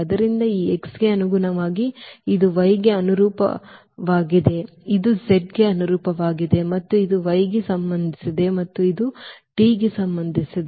ಆದ್ದರಿಂದ ಈ x ಗೆ ಅನುಗುಣವಾಗಿ ಇದು y ಗೆ ಅನುರೂಪವಾಗಿದೆ ಇದು z ಗೆ ಅನುರೂಪವಾಗಿದೆ ಮತ್ತು ಇದು y ಗೆ ಸಂಬಂಧಿಸಿದೆ ಮತ್ತು ಇದು t ಗೆ ಸಂಬಂಧಿಸಿದೆ